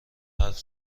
حرف